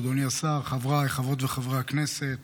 אדוני השר, חבריי חברות וחברי הכנסת,